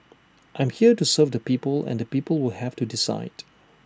I'm here to serve the people and the people will have to decide